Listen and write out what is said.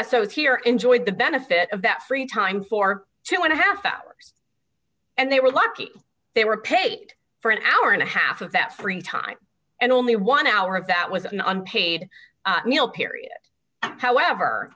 here enjoyed the benefit of that free time for two and a half hours and they were lucky they were paid for an hour and a half of that free time and only one hour of that was an unpaid meal period however